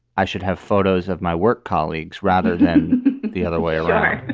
i should have photos of my work colleagues rather than the other way ah but